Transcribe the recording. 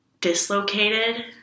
dislocated